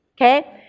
okay